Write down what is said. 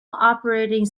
operating